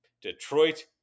Detroit